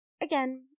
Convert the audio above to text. again